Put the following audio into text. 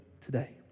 today